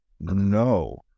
No